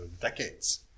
decades